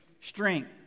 strength